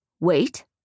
Wait